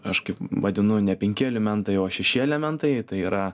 aš kaip vadinu ne penki elementai o šeši elementai tai yra